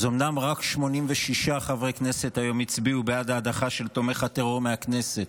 אז אומנם רק 86 חברי כנסת היום הצביעו בעד ההדחה של תומך הטרור מהכנסת,